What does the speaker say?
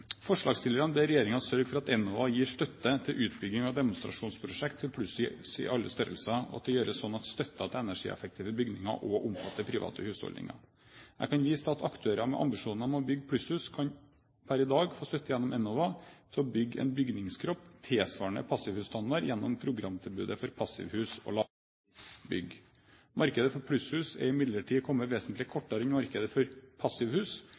Forslagsstillerne ber regjeringen sørge for at Enova gir støtte til utbygging av demonstrasjonsprosjekter for plusshus i alle størrelser, og gjøre det slik at støtten til energieffektive bygninger også omfatter private husholdninger. Jeg kan vise til at aktører med ambisjoner om å bygge plusshus kan per i dag få støtte til å bygge en bygningskropp tilsvarende passivhusstandard gjennom programtilbudet for passivhus og lavenergibygg. Markedet for plusshus er imidlertid kommet vesentlig kortere enn markedet for